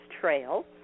trail